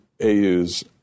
AU's